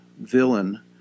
villain